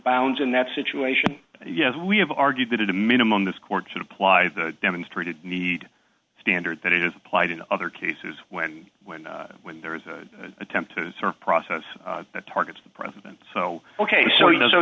bounds in that situation yes we have argued that a minimum this court should apply the demonstrated need standard that it is applied in other cases when when there is an attempt to process the targets the president so ok so you know so